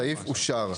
3 אושר.